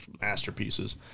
masterpieces